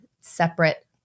separate